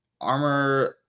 Armor